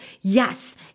Yes